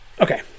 Okay